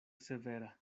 severa